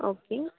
okay